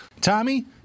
Tommy